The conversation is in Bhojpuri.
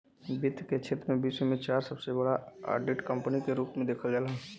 वित्त के क्षेत्र में विश्व में चार सबसे बड़ा ऑडिट कंपनी के रूप में देखल जाला